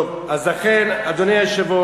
טוב, אז לכן, אדוני היושב-ראש,